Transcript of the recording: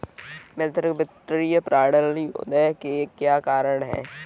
वैश्विक वित्तीय प्रणाली के उदय के क्या कारण थे?